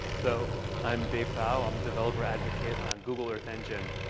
so i'm dave thau. i'm developer advocate on google earth engine,